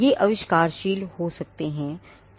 ये आविष्कारशील हो सकते हैं